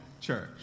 church